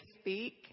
speak